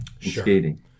skating